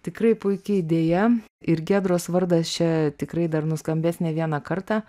tikrai puiki idėja ir giedros vardas čia tikrai dar nuskambės ne vieną kartą